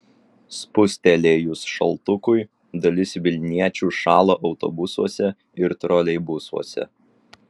spustelėjus šaltukui dalis vilniečių šąla autobusuose ir troleibusuose